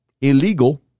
illegal